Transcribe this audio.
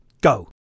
Go